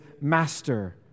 Master